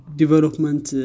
development